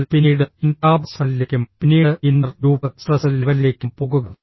എന്നാൽ പിന്നീട് ഇൻട്രാപഴ്സണലിലേക്കും പിന്നീട് ഇന്റർ ഗ്രൂപ്പ് സ്ട്രെസ്സ് ലെവലിലേക്കും പോകുക